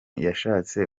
yashatse